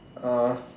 uh